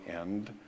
end